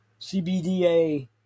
CBDA